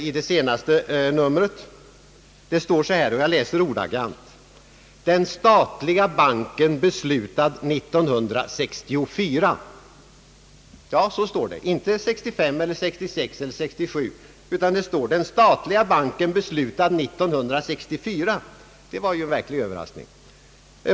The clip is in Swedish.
I senaste numret förkunnas det — jag läser ordagrant: »Den statliga banken, beslutad 1964.» Ja, så står det — inte 1965 eller 1966 eller 1967! Det var en verklig överraskning.